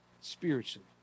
spiritually